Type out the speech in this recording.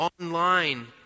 online